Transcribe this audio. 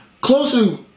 Closer